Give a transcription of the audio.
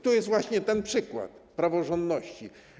To jest właśnie przykład praworządności.